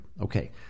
Okay